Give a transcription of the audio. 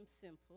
simple